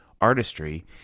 artistry